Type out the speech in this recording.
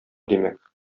димәк